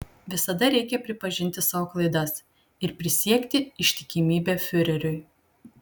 visada reikia pripažinti savo klaidas ir prisiekti ištikimybę fiureriui